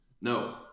no